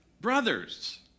brothers